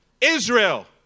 Israel